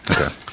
okay